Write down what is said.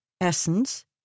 essence